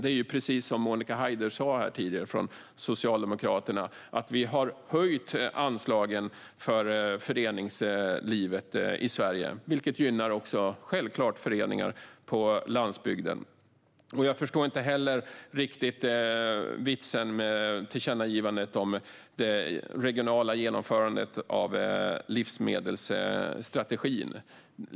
Det är precis som Monica Haider från Socialdemokraterna sa här tidigare: Vi har höjt anslagen för föreningslivet i Sverige, vilket självklart gynnar också föreningar på landsbygden. Jag förstår inte heller riktigt vitsen med tillkännagivandet om det regionala genomförandet av livsmedelsstrategin.